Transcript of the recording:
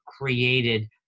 created